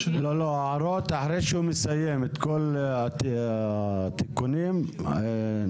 הערות אחרי שגלעד יסיים להקריא את כל התיקונים והשינויים.